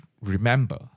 remember